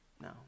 no